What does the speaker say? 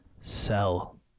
sell